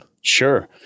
Sure